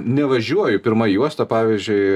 nevažiuoju pirma juosta pavyzdžiui